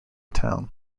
town